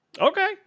Okay